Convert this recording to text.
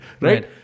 right